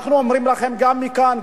אנחנו אומרים לכם גם מכאן,